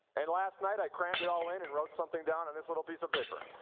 and last night, i crammed it all in and wrote something down on this little piece of paper.